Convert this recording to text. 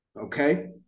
Okay